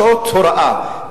מה שעמד מאחורי ההצעה הזו הוא דוח